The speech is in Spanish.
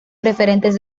referentes